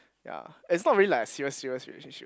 ya it's not really like serious serious relationship